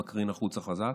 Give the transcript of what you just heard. הוא מקרין החוצה חוזק.